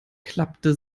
klappte